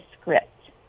script